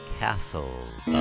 castles